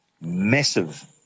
massive